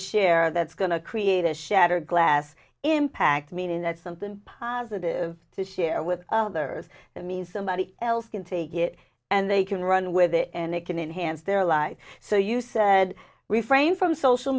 share that's going to create a shattered glass impact meaning that something positive to share with others means somebody else can take it and they can run with it and it can enhance their life so you said refrain from social